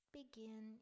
begin